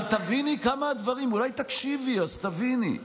אבל תביני כמה הדברים, אולי תקשיבי, אז תביני: